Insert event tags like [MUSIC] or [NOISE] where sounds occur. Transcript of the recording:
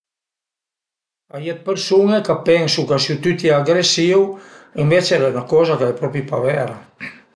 A ié 'd persun-e ch'a pensu ch'a sìu tüti agresìu ënvece al e ü-üna coza ch'al e propi pa vèra [NOISE]